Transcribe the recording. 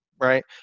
right